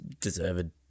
deserved